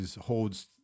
holds